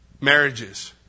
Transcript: marriages